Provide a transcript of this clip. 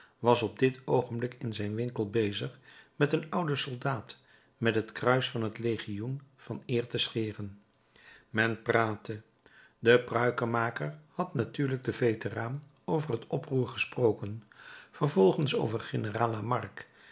was op dit oogenblik in zijn winkel bezig met een ouden soldaat met het kruis van het legioen van eer te scheren men praatte de pruikenmaker had natuurlijk den veteraan over het oproer gesproken vervolgens over generaal